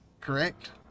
Correct